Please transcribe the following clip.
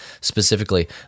specifically